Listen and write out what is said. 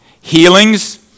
healings